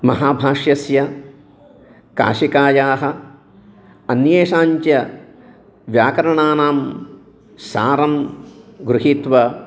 महाभाष्यस्य काशिकायाः अन्येषाञ्च व्याकरणानां सारं गृहीत्वा